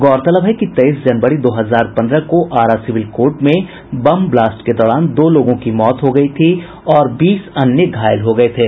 गौरतलब है कि तेईस जनवरी दो हजार पन्द्रह को आरा सिविल कोर्ट में बम ब्लास्ट के दौरान दो लोगों की मौत हो गयी थी और बीस अन्य घायल हो गये थे